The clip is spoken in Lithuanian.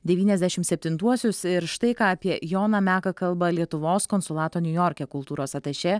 devyniasdešim septintuosius ir štai ką apie joną meką kalba lietuvos konsulato niujorke kultūros atašė